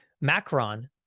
Macron